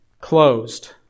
closed